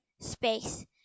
space